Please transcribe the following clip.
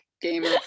gamer